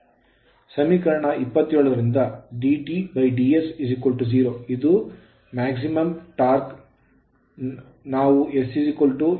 ಸಮೀಕರಣ 27 ರಿಂದ dTds 0 ಇದು maximum torque ಗರಿಷ್ಠ ಟಾರ್ಕ್ ನ ಸಮೀಕರಣವಾಗಿದೆ